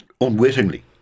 unwittingly